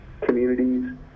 communities